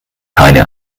keine